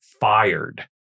fired